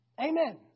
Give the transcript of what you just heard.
Amen